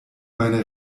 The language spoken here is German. meine